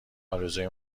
ارزوی